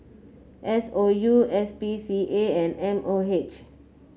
S O U S P C A and M O H